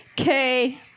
okay